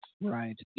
Right